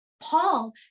Paul